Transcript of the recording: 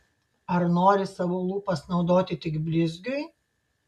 ar nori savo lūpas naudoti tik blizgiui